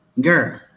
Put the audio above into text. Girl